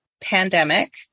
pandemic